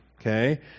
okay